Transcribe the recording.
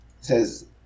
says